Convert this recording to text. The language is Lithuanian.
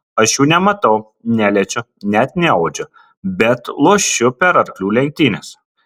aš jų nematau neliečiu net neuodžiu bet lošiu per arklių lenktynes